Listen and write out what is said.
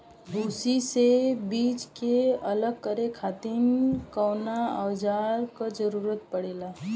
भूसी से बीज के अलग करे खातिर कउना औजार क जरूरत पड़ेला?